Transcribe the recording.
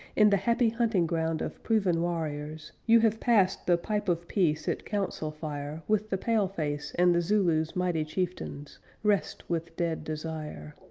in the happy hunting ground of proven warriors, you have passed the pipe of peace at council fire with the pale-face and the zulus' mighty chieftains rest with dead desire.